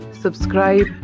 subscribe